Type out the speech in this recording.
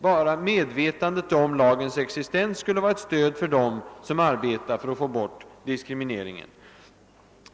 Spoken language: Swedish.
Blotta medvetandet om en sådan lags existens skulle utgöra ett stöd åt dem som arbetar för att få bort diskriminering.